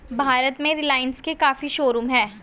भारत में रिलाइन्स के काफी शोरूम हैं